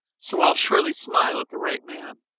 so i'll surely smile at the right man.